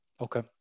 Okay